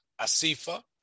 Asifa